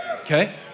Okay